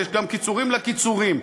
יש גם קיצורים לקיצורים.